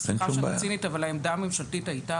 סליחה שאני צינית אבל העמדה הממשלתית הייתה